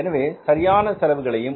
எனவே சரியான செலவுகளையும்